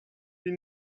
wie